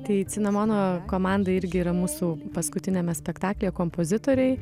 tai cinamono komanda irgi yra mūsų paskutiniame spektaklyje kompozitoriai